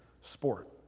sport